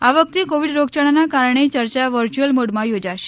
આ વખતે કોવિડ રોગયાળાના કારણે ચર્ચા વર્યુઅલ મોડમાં થોજાશે